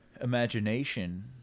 imagination